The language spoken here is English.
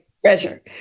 treasure